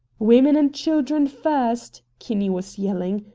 women and children first! kinney was yelling.